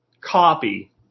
copy